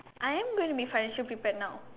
I am going to be financial prepared now